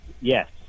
yes